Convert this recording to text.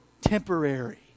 temporary